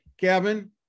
Kevin